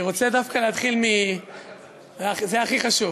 אני רוצה דווקא להתחיל, זה הכי חשוב.